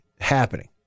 happening